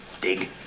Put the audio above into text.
Dig